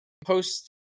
post